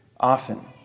Often